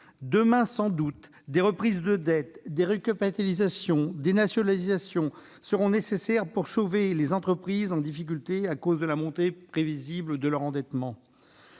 Demain, sans doute, des reprises de dettes, des recapitalisations, des nationalisations seront nécessaires pour sauver les entreprises en difficulté à cause de la hausse prévisible de leur endettement.